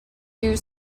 use